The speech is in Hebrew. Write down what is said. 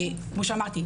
כמו שאמרתי,